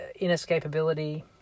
inescapability